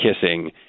kissing